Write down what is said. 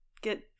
Get